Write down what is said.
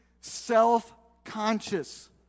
self-conscious